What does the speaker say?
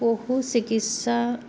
পশু চিকিৎসা